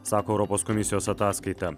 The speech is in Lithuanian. sako europos komisijos ataskaita